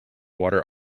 water